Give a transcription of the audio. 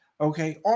Okay